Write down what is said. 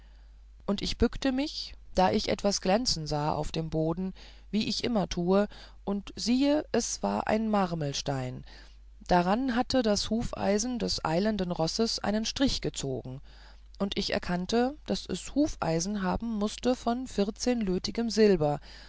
und ich bückte mich da ich etwas glänzen sah auf dem boden wie ich immer tue und siehe es war ein marmelstein darauf hatte das hufeisen des eilenden rosses einen strich gezogen und ich erkannte daß es hufeisen haben mußte von vierzehnlötigem silber